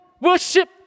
worship